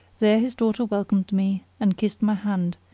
there his daughter welcomed me and kissed my hand,